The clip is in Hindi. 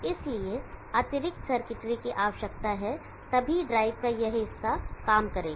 इसलिए अतिरिक्त सर्किटरी की आवश्यकता है तभी ड्राइव का यह हिस्सा काम करेगा